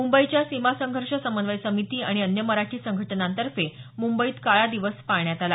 मुंबईच्या सीमा संघर्ष समन्वय समिती आणि अन्य मराठी संघटनांतर्फे मुंबईत काळा दिन पाळण्यात आला